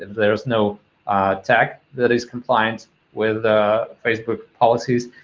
there is no tag that is compliant with facebook policies,